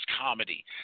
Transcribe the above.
comedy